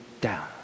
down